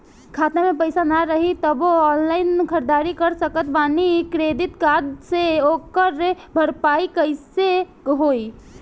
खाता में पैसा ना रही तबों ऑनलाइन ख़रीदारी कर सकत बानी क्रेडिट कार्ड से ओकर भरपाई कइसे होई?